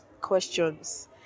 questions